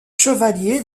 chevalier